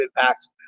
impact